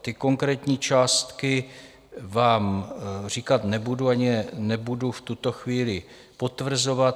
Ty konkrétní částky vám říkat nebudu ani je nebudu v tuto chvíli potvrzovat.